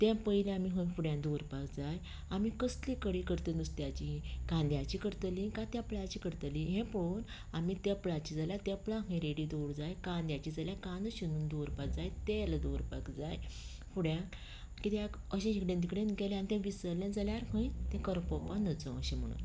ते पयले आमी थंय फुड्यान दवरपाक जाय आमी कसली कडी करता नुस्त्याची कांद्याची करतलीं कांय तेफळांची करतली हें पळोवन आमी तेफळाची जाल्यार तेफळां थंय रेडी दवरूंक जाय कांद्याची जाल्यार कांदो शिनून दवरपाक जाय तेल दवरपाक जाय फुड्यांत कित्याक अशें हिकडेन तिकडेन गेलें आनी थंय विसरलें जाल्यार खंय तें करपुपा नजो अशें म्हूण